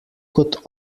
kot